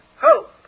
hope